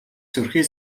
сүрхий